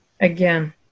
again